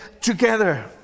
together